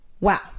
Wow